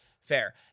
Fair